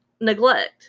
neglect